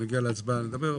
נגיע להצבעה ונדבר,